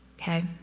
okay